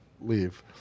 leave